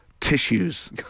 tissues